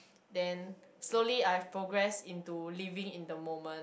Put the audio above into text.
then slowly I progress into living in the moment